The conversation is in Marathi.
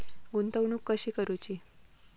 गुंतवणूक कशी करूची?